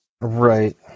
Right